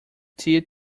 tea